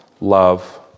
love